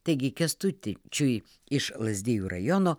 taigi kęstuti čiui iš lazdijų rajono